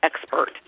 expert